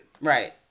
Right